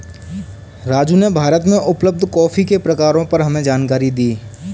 राजू ने भारत में उपलब्ध कॉफी के प्रकारों पर हमें जानकारी दी